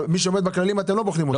אבל מי שעומד בכללים אתם לא בוחנים אותו?